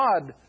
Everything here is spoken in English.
God